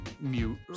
mute